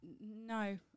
no